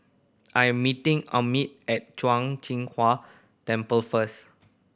I am meeting Emit at Zhuang Jin Huang Temple first